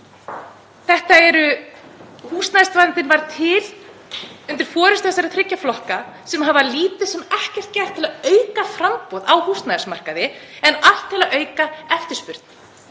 fimm ár. Húsnæðisvandinn varð til undir forystu þessara þriggja flokka sem hafa lítið sem ekkert gert til að auka framboð á húsnæðismarkaði en allt til að auka eftirspurn.